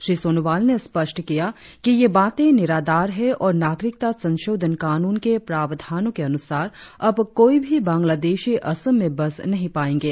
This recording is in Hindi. श्री सोनोवाल ने स्पष्ट किया कि ये बातें निराधार है और नागरिकता संशोधन कानून के प्रावधानों के अनुसार अब कोई भी बंगलादेशी असम में बस नहीं पायेंगे